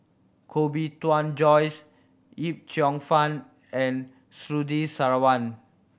Koh Bee Tuan Joyce Yip Cheong Fun and Surtini Sarwan